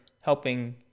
helping